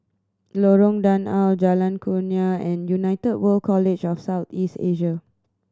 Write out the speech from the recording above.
Lorong Danau Jalan Kurnia and United World College of South East Asia